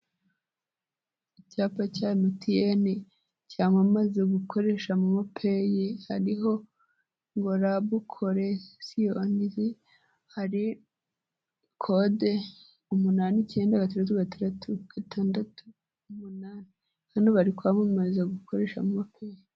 Icyapa cya emutiyeni cyamaze gukoresha mo momo peyi hariho ngo labu koreresiyonizi hari ikode ( 8-9-6-6-6-8). Hano bari kwamamaza gukoresha momo peyi.